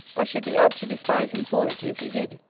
i should be apt to despise him for it, if he did.